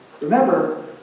Remember